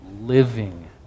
living